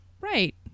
Right